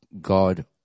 God